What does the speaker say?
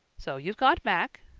so you've got back?